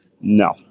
No